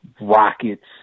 rockets